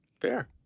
Fair